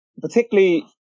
particularly